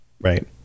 right